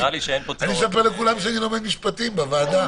אני מספר לכולם שאני לומד משפטים בוועדה.